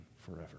forever